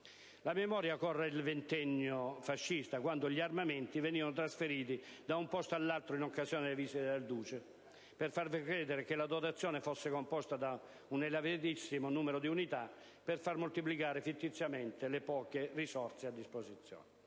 La memoria corre al ventennio fascista, quando gli armamenti venivano trasferiti da un posto all'altro in occasione delle visite del duce per far credere che la dotazione fosse composta da un elevatissimo numero di unità, per far moltiplicare fittiziamente le poche risorse a disposizione.